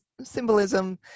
symbolism